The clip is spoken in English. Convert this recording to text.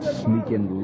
sneaking